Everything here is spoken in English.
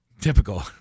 Typical